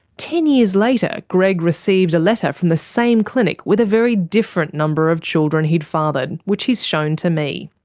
ten years later greg received a letter from the same clinic with a very different number of children he'd fathered, which he's shown to me.